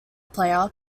player